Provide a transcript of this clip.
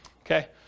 Okay